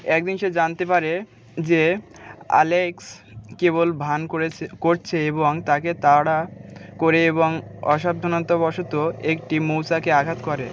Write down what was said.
একদিন সে জানতে পারে যে অ্যালেক্স কেবল ভান করেছে করছে এবং তাকে তাড়া করে এবং অসাবধানতাবশত একটি মৌচাকে আঘাত করে